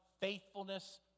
faithfulness